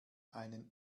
einen